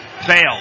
Fail